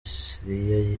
syria